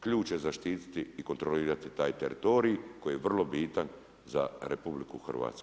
Ključ je zaštiti i kontrolirati taj teritorij koji je vrlo bitan za RH.